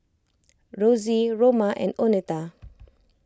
Rosy Roma and oneta